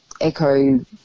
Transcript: Echo